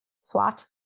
swat